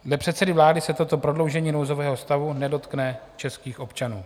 Dle předsedy vlády se toto prodloužení nouzového stavu nedotkne českých občanů.